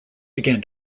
began